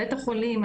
בית החולים,